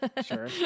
sure